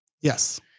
yes